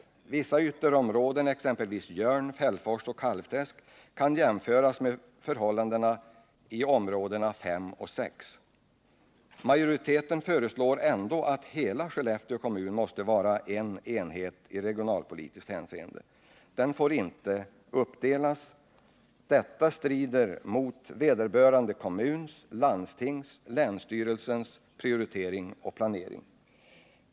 Förhållandena i vissa ytterområden, exempelvis Jörn, Fällfors och Kalvträsk, kan jämföras med förhållandena i stödområdena 5 och 6. Majoriteten fastslår ändå att hela Skellefteå kommun måste vara en enhet i regionalpolitiskt hänseende. Den får inte uppdelas. Detta strider emellertid mot vederbörande kommuns, landstings och länsstyrelses prioritering och planering.